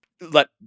let